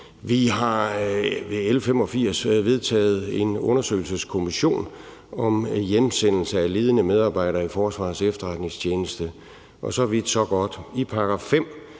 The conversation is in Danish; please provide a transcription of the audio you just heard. vedtaget en undersøgelseskommission om hjemsendelse af ledende medarbejdere i Forsvarets Efterretningstjeneste, og så vidt, så godt. I § 5